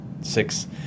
Six